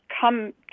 come